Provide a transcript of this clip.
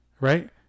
right